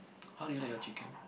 how do you like your chicken